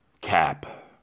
Cap